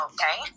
Okay